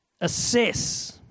assess